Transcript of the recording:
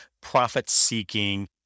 profit-seeking